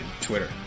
Twitter